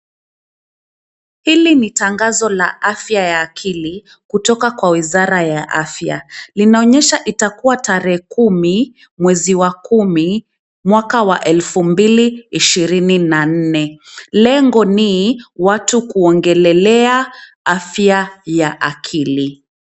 hili ni tangazo la afya ya akili kutoka kwa wizara ya afya. Linaonyesha itakuwa tarehe 10.10.2024. Lengo ni watu kuongelelea afya ya akili.